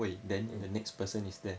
hmm